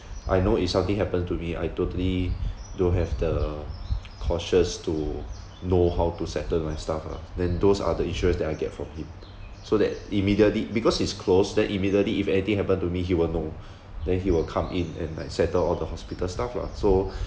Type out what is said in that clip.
I know if something happen to me I totally don't have the conscious to know how to settle my stuff ah then those are the insurance that I get from him so that immediately because he's close then immediately if anything happen to me he will know then he will come in and like settle all the hospital stuff lah so